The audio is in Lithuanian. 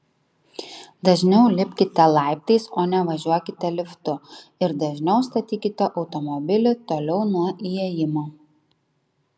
dažniau lipkite laiptais o ne važiuokite liftu ir dažniau statykite automobilį toliau nuo įėjimo